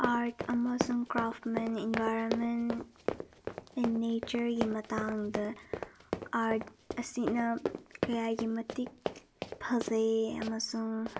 art ꯑꯃꯁꯨꯡ craftsmen environment and ꯅꯦꯆꯔꯒꯤ ꯃꯇꯥꯡꯗ ꯑꯥꯔꯠ ꯑꯁꯤꯅ ꯀꯌꯥꯒꯤ ꯃꯇꯤꯛ ꯐꯖꯩ ꯑꯃꯁꯨꯡ